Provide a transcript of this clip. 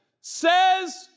says